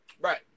Right